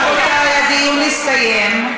רבותי, הדיון הסתיים.